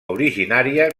originària